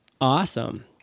Awesome